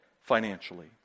financially